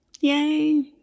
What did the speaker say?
Yay